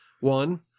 One